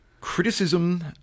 criticism